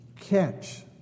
catch